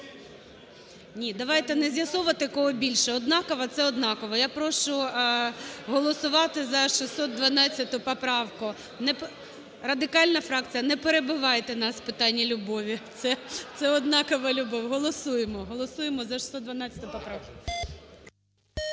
Ні, давайте не з'ясовувати, кого більше. Однаково – це однаково. Я прошу голосувати за 612 поправку. Радикальна фракція, не перебивайте нас, питання любові. Це однакова любов. Голосуємо. Голосуємо за 612 поправку.